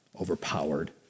overpowered